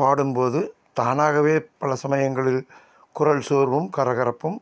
பாடும்போது தானாகவே பல சமயங்களில் குரல் சோர்வும் கரகரப்பும்